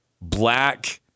black